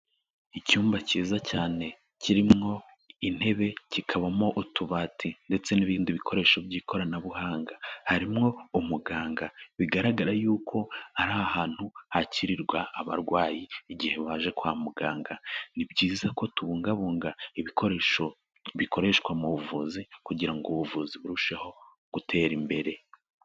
Icyumba cyiza cyane kirimo intebe, kikabamo utubati ndetse n'ibindi bikoresho by'ikoranabuhanga, harimo umuganga, bigaragara y'uko ari ahantu hakirirwa abarwayi igihe baje kwa muganga, ni byiza ko tubungabunga ibikoresho bikoreshwa mu buvuzi kugira ngo ubuvuzi burusheho gutera imbere.